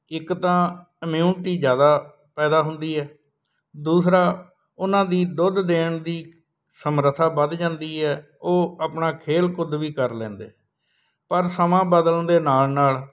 ਇੱਕ ਤਾਂ ਇਮਿਊਨਿਟੀ ਜ਼ਿਆਦਾ ਪੈਦਾ ਹੁੰਦੀ ਹੈ ਦੂਸਰਾ ਉਹਨਾਂ ਦੀ ਦੁੱਧ ਦੇਣ ਦੀ ਸਮਰੱਥਾ ਵੱਧ ਜਾਂਦੀ ਹੈ ਉਹ ਆਪਣਾ ਖੇਲ ਕੁੱਦ ਵੀ ਕਰ ਲੈਂਦੇ ਪਰ ਸਮਾਂ ਬਦਲਣ ਦੇ ਨਾਲ ਨਾਲ